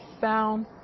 found